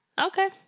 Okay